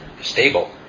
stable